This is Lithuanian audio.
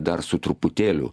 dar su truputėliu